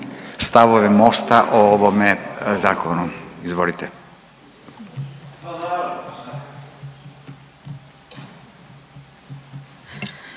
stavove MOST-a o ovome zakonu. Izvolite.